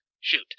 Shoot